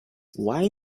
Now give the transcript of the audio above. why